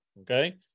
okay